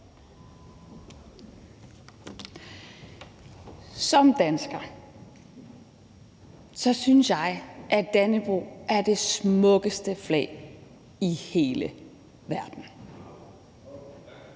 Som dansker synes jeg, at Dannebrog er det smukkeste flag i hele verden,